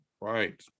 Right